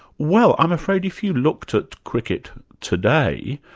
well, i'm afraid if you looked at cricket today,